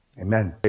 amen